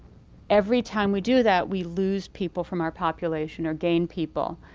every time we do that, we lose people from our population or gain people.